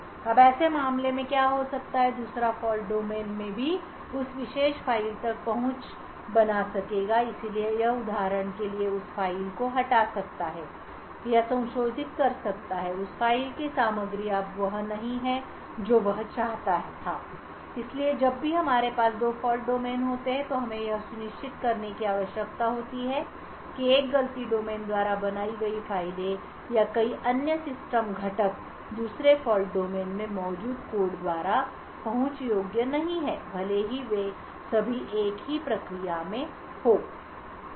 अब ऐसे मामले में क्या हो सकता है कि दूसरा फ़ॉल्ट डोमेन भी उस विशेष फ़ाइल तक पहुँच बना सकेगा इसलिए यह उदाहरण के लिए उस फ़ाइल को हटा सकता है या संशोधित कर सकता है कि उस फ़ाइल की सामग्री अब वह नहीं है जो वह चाहता था इसलिए जब भी हमारे पास दो फॉल्ट डोमेन होते हैं तो हमें यह सुनिश्चित करने की आवश्यकता होती है कि एक गलती डोमेन द्वारा बनाई गई फाइलें या कोई अन्य सिस्टम घटक दूसरे फॉल्ट डोमेन में मौजूद कोड द्वारा पहुंच योग्य नहीं है भले ही वे सभी एक ही प्रक्रिया में हों